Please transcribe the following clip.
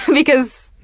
because